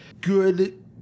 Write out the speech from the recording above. good